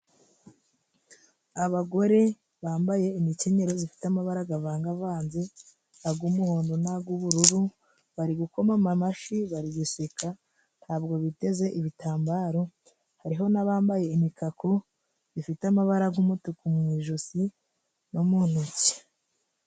Abagore bambaye inkenyerero zifite amabararaga bangavanze aga'umuhondo n' b'ubururu bari gukoma ama amashyi bari guseka ntabwo biteze ibitambaro hariho n'abambaye imikaku bifite amaba umutuku mu ijosi no mu ntoki